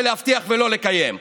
ולהבטיח ולא לקיים.